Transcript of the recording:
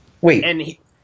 Wait